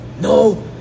no